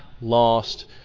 lost